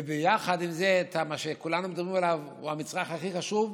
וביחד עם זה את מה שכולנו מדברים עליו והוא המצרך הכי חשוב: